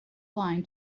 line